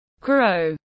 grow